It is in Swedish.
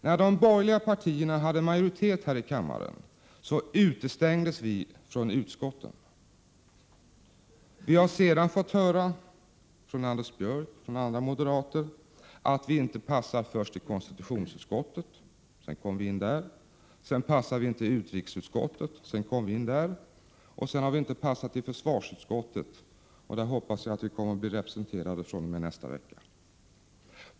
När de borgerliga partierna hade majoritet här i kammaren utestängdes vi från utskotten. Vi har fått höra från Anders Björck och andra moderater att vi först inte passade i konstitutionsutskottet, men sedan kom vi in där. Sedan passade vi inte i utrikesutskottet, sedan kom vi in där. Sedan har vi inte passat i försvarsutskottet, och där hoppas jag att vi kommer att bli representerade fr.o.m. nästa vecka.